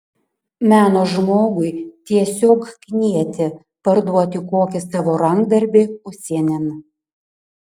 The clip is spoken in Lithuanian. meno žmogui tiesiog knieti parduoti kokį savo rankdarbį užsienin